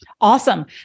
Awesome